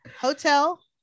Hotel